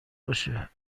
بشه